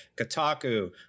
Kotaku